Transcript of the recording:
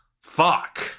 fuck